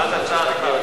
ההצעה להעביר